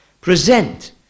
present